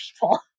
people